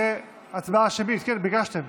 ההצבעה תהיה הצבעה שמית, כן, ביקשתם.